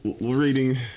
Reading